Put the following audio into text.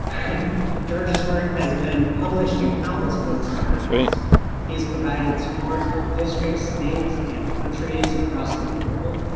georges work has been published in countless books and articles he has provided support to district states and countries across the world.